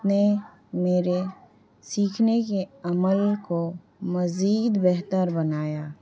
نے میرے سیکھنے کے عمل کو مزید بہتر بنایا